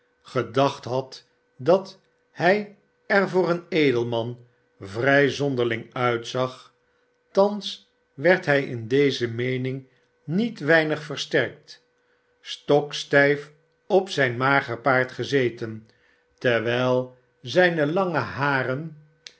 gedacht had t dat hij er voor een edelman vrij zonderling uitzag thans werd hij in deze meening niet weinig versterkt stokstijf op zijn mager paard gezeten terwijl zijne lange haren